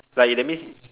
like it that means